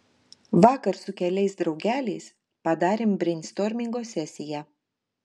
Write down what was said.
vakar su keliais draugeliais padarėm breinstormingo sesiją